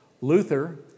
Luther